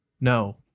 no